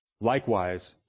likewise